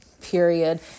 period